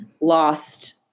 lost